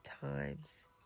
times